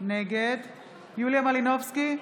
נגד יוליה מלינובסקי,